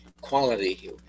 quality